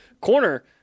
corner